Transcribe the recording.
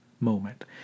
moment